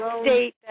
state